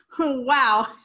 Wow